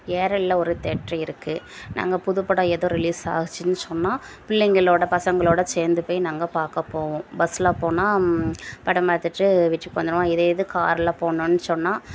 ஏரலில் ஒரு தேட்ரு இருக்குது நாங்கள் புதுப்படம் எதுவும் ரிலீஸ் ஆச்சின்னு சொன்னால் பிள்ளைங்களோட பசங்களோட சேர்ந்து போய் நாங்கள் பார்க்கப் போவோம் பஸில் போனால் படம் பார்த்துட்டு வீட்டுக்கு வந்துடுவோம் இதே இது காரில் போகணுன்னு சொன்னால்